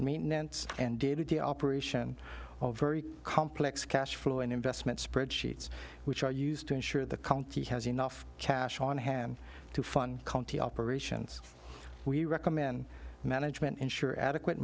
maintenance and day to day operation very complex cash flow and investment spreadsheets which are used to ensure the county has enough cash on hand to fund county operations we recommend management ensure adequate